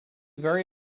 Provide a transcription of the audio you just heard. very